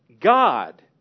God